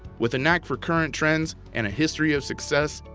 with a knack for current trends and a history of success,